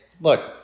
look